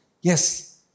Yes